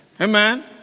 Amen